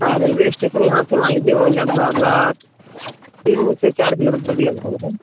हाँ railway station यहाँ से मान लीजिए वही लगभग तीन से चार किलोमीटर के लगभग है